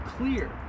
Clear